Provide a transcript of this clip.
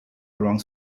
around